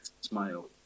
smile